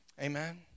Amen